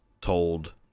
told